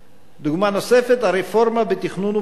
דוגמה נוספת: הרפורמה בתכנון ובנייה,